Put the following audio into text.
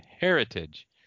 Heritage